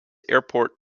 airport